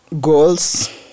goals